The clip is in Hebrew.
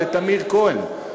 ולטמיר כהן,